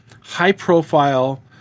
high-profile